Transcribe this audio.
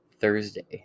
Thursday